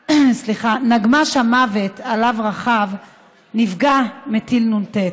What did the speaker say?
נגמ"ש המוות שעליו רכב נפגע מטיל נ"ט.